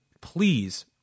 please